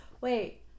Wait